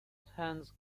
hans